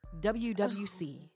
WWC